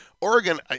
Oregon